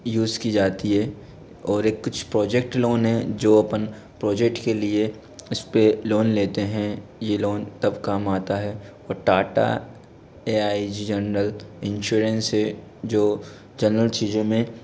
use की जाती है और एक कुछ प्रोजेक्ट लोन है जो अपन प्रोजेक्ट के लिए उसपे लोन लेते हैं ये लोन तब काम आता है और Tata A I general insurance से जो जनरल चीज़ों में